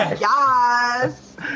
Yes